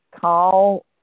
call